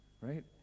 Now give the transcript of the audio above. right